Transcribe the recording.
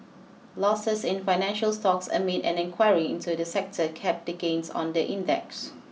losses in financial stocks amid an inquiry into the sector capped the gains on the index